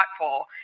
thoughtful